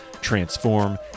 transform